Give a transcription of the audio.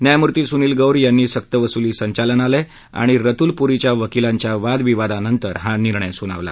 न्यायामूर्ती सुनील गौर यांनी सक्तवसुली संचालनालय आणि रतुल पुरीच्या वकिलांच्या वादविवादानंतर हा निर्णय सुनावला